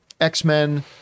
X-Men